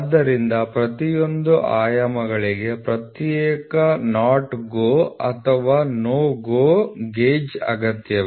ಆದ್ದರಿಂದ ಪ್ರತಿಯೊಂದು ಆಯಾಮಗಳಿಗೆ ಪ್ರತ್ಯೇಕ NOT GO ಅಥವಾ NO GO ಗೇಜ್ ಅಗತ್ಯವಿದೆ